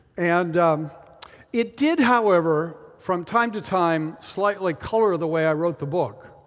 and it did however from time to time slightly color the way i wrote the book,